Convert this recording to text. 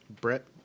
Brett